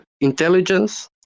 intelligence